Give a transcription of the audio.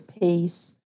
piece